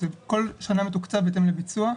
כל שנה זה מתוקצב בהתאם לביצוע.